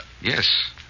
Yes